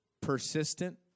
persistent